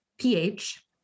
pH